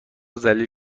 ذلیل